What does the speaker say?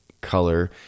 color